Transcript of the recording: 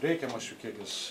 reikiamas jų kiekis